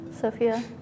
Sophia